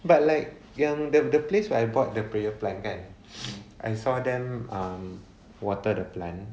but like the the place where I bought the prayer plant and I saw them um water the plant